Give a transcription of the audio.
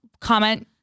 comment